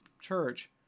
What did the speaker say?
church